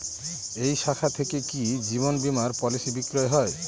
এই শাখা থেকে কি জীবন বীমার পলিসি বিক্রয় হয়?